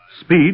Speed